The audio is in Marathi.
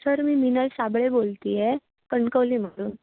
सर मी मिनल साबळे बोलत आहे कणकवलीमधून